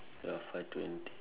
ya five twenty